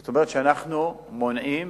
זאת אומרת שאנחנו מונעים